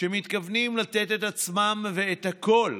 שמתכוונים לתת את עצמנו ואת הכול,